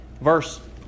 Verse